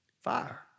Fire